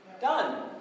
Done